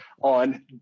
on